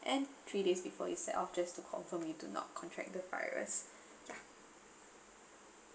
and three days before you set off just to confirm you do not contract the virus ya